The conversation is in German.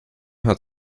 hat